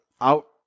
out